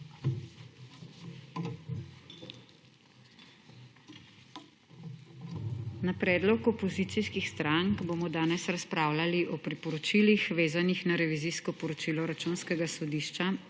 Na predlog opozicijskih strank, bomo danes razpravljali o priporočilih, vezanih na revizijsko poročilo Računskega sodišča